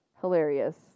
Hilarious